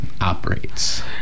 operates